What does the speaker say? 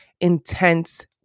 intense